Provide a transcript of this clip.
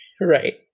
right